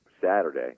Saturday